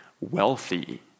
wealthy